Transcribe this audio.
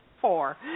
four